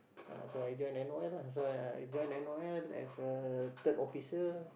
ah so I join n_o_l lah so I I join n_o_l as a third officer